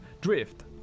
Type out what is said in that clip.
drift